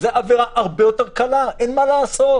זו עבירה הרבה יותר קלה, אין מה לעשות.